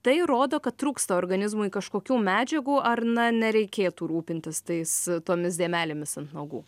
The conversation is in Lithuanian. tai rodo kad trūksta organizmui kažkokių medžiagų ar na nereikėtų rūpintis tais tomis dėmelėmis ant nagų